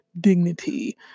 dignity